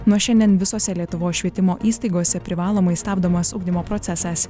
nuo šiandien visose lietuvos švietimo įstaigose privalomai stabdomas ugdymo procesas